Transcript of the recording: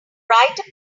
write